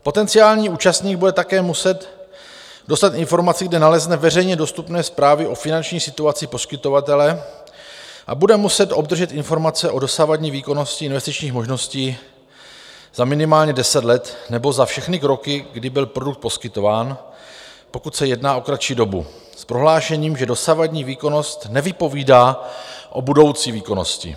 Potenciální účastník bude také muset dostat informaci, kde nalezne veřejně dostupné zprávy o finanční situaci poskytovatele, a bude muset obdržet informace o dosavadní výkonnosti investičních možností za minimálně deset let nebo za všechny roky, kdy byl produkt poskytován, pokud se jedná o kratší dobu, s prohlášením, že dosavadní výkonnost nevypovídá o budoucí výkonnosti.